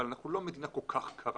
אבל אנחנו לא מדינה ממש קרה.